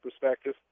perspective